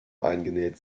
eingenäht